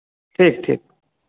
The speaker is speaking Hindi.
ठीक ठीक